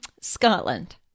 scotland